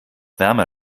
wärmer